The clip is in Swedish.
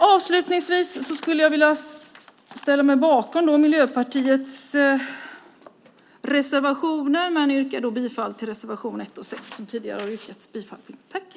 Avslutningsvis skulle jag vilja ställa mig bakom Miljöpartiets reservationer, och jag yrkar bifall till reservationerna 1 och 6, som det också tidigare har yrkats bifall till.